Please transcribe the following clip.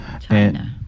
China